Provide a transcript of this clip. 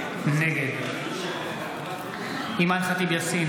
נגד אימאן ח'טיב יאסין,